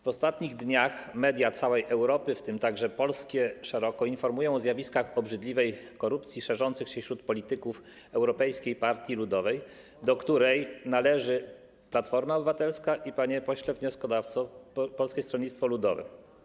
W ostatnich dniach media całej Europy, w tym także polskie, szeroko informują o zjawiskach obrzydliwej korupcji szerzącej się wśród polityków Europejskiej Partii Ludowej, do której należy Platforma Obywatelska i, panie pośle wnioskodawco, Polskie Stronnictwo Ludowe.